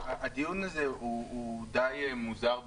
הדיון הזה הוא די מוזר בעיניי.